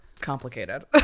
complicated